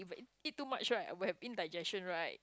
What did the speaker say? if eat too much right will been indigestion right